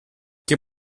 che